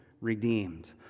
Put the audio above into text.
redeemed